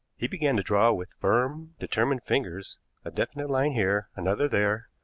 he began to draw with firm, determined fingers a definite line here, another there,